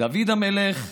דוד המלך,